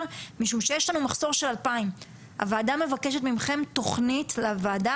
משום שיש לנו מחסור של 2,000. הוועדה מבקשת מכם תכנית לוועדה